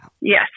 Yes